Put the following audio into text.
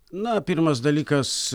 na pirmas dalykas